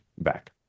back